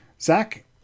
zach